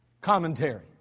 commentary